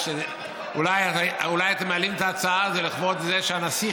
אולי אתם מעלים את ההצעה הזאת לכבוד זה שהנסיך